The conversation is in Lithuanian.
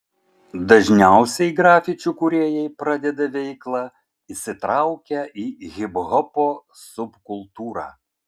dažniausiai grafičių kūrėjai pradeda veiklą įsitraukę į hiphopo subkultūrą